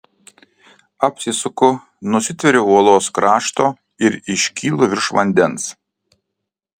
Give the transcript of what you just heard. apsisuku nusitveriu uolos krašto ir iškylu virš vandens